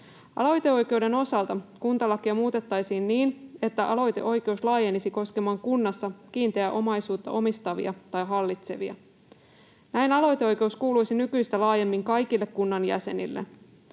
Aloiteoikeuden osalta kuntalakia muutettaisiin niin, että aloiteoikeus laajenisi koskemaan kunnassa kiinteää omaisuutta omistavia tai hallitsevia. Näin aloiteoikeus kuuluisi nykyistä laajemmin kaikille kunnan jäsenille.